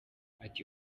ati